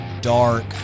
dark